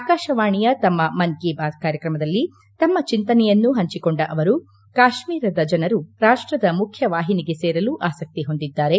ಆಕಾಶವಾಣಿಯ ಮನ್ ಕೀ ಬಾತ್ ಕಾರ್ಯಕ್ರಮದಲ್ಲಿ ತಮ್ನ ಚಿಂತನೆಯನ್ನು ಹಂಚಿಕೊಂಡ ಅವರು ಕಾಶ್ನೀರದ ಜನರು ರಾಷ್ಲದ ಮುಖ್ಯ ವಾಹಿನಿಗೆ ಸೇರಲು ಆಸಕ್ತಿ ಹೊಂದಿದ್ದಾರೆ